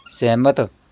ਸਹਿਮਤ